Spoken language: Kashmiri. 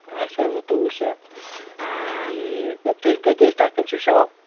اچھا زٕتوٚوُہ شیٚتھ ٹھیٖک تُہۍ کَتہِ حظ تۄہہِ کَتہِ چھُو شاپ